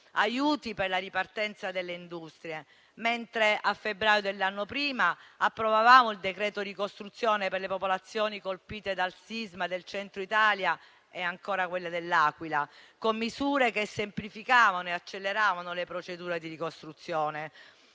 aiuti per la ripartenza delle industrie. Mentre a febbraio dell'anno prima approvavamo il decreto ricostruzione per le popolazioni colpite dal sisma del Centro Italia e da quello dell'Aquila, con misure che semplificavano e acceleravano le procedure di ricostruzione.